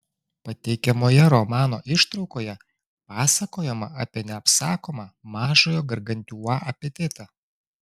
pateikiamoje romano ištraukoje pasakojama apie neapsakomą mažojo gargantiua apetitą